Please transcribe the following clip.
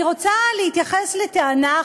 אני רוצה להתייחס לטענה,